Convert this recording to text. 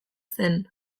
zen